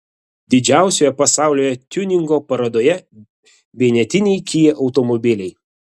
didžiausioje pasaulyje tiuningo parodoje vienetiniai kia automobiliai